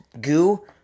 goo